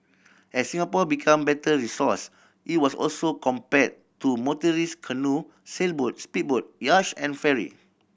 as Singapore became better resourced it was also compared to motorised canoe sailboat speedboat yacht and ferry